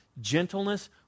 gentleness